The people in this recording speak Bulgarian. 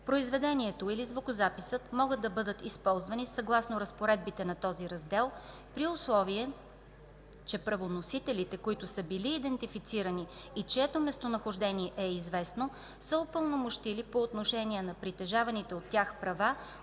произведението или звукозаписът могат да бъдат използвани съгласно разпоредбите на този раздел, при условие че правоносителите, които са били идентифицирани и чието местонахождение е известно, са упълномощили по отношение на притежаваните от тях права